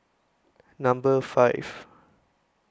Number five